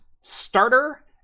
Starter